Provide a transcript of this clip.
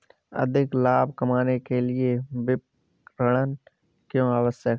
अधिक लाभ कमाने के लिए विपणन क्यो आवश्यक है?